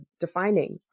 defining